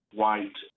white